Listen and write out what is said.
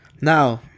Now